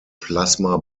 plasma